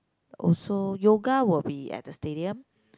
also yoga will be at the stadium